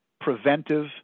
Preventive